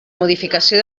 modificació